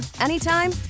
anytime